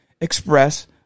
express